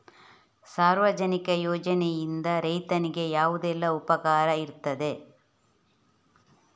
ಸಾರ್ವಜನಿಕ ಯೋಜನೆಯಿಂದ ರೈತನಿಗೆ ಯಾವುದೆಲ್ಲ ಉಪಕಾರ ಇರ್ತದೆ?